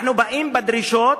אנחנו באים בדרישות